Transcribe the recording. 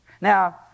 Now